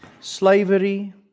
slavery